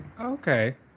Okay